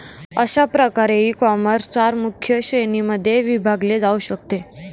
अशा प्रकारे ईकॉमर्स चार मुख्य श्रेणींमध्ये विभागले जाऊ शकते